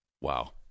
Wow